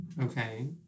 Okay